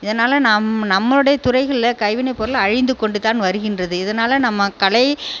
இதனால் நம் நம்மளுடைய துறைகளில் கைவினைப் பொருள் அழிந்துக்கொண்டு தான் வருகின்றது இதனால் நம்ம கலை